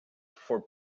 for